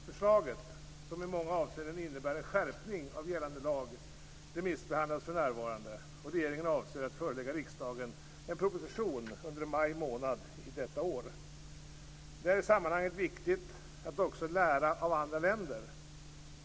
Förslaget, som i många avseenden innebär en skärpning av gällande lag, remissbehandlas för närvarande. Regeringen avser att förelägga riksdagen en proposition under maj månad detta år. Det är i sammanhanget viktigt att också lära av andra länder.